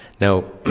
Now